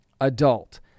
adult